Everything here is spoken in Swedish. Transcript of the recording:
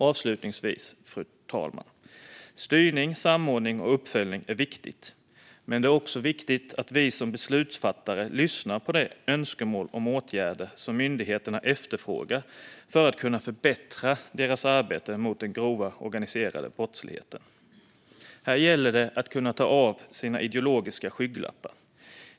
Avslutningsvis, fru talman, är styrning, samordning och uppföljning viktigt, men det är också viktigt att vi som beslutsfattare lyssnar på myndigheternas önskemål om åtgärder för att kunna förbättra arbetet mot den grova organiserade brottsligheten. Här gäller det att kunna ta av sig sina ideologiska skygglappar.